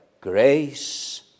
grace